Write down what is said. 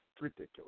ridiculous